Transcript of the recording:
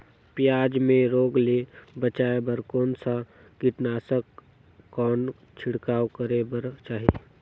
पियाज मे रोग ले बचाय बार कौन सा कीटनाशक कौन छिड़काव करे बर चाही?